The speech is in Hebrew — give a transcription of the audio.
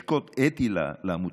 יש קוד אתי לעמותות,